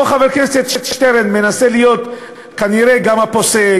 פה חבר הכנסת שטרן מנסה להיות כנראה גם הפוסק.